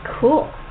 Cool